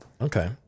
Okay